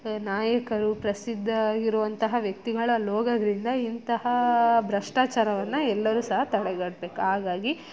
ನಾಯಕರು ಪ್ರಸಿದ್ಧ ಆಗಿರುವಂತಹ ವ್ಯಕ್ತಿಗಳು ಅಲ್ಲಿ ಹೋಗೋದರಿಂದ ಇಂತಹ ಭ್ರಷ್ಟಾಚಾರವನ್ನು ಎಲ್ಲರೂ ಸಹ ತಡೆಗಟ್ಬೇಕು ಹಾಗಾಗಿ